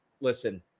listen